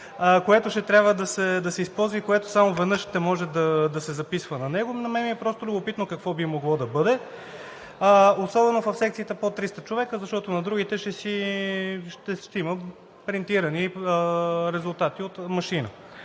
което ще трябва да се използва и което само веднъж ще може да се записва на него? На мен ми е просто любопитно какво би могло да бъде, особено в секциите под 300 човека, защото на другите ще има принтирани резултати от машина.